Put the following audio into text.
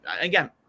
again